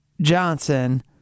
Johnson